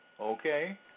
Okay